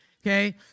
okay